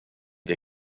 wir